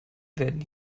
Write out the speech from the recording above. werden